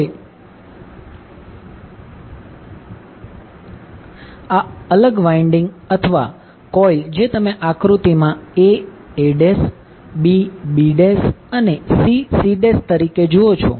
હવે આ અલગ વાઈન્ડીંગ અથવા કોઇલ જે તમે આકૃતિ માં a a' b b'અને c c' તરીકે જુઓ છો